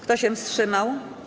Kto się wstrzymał?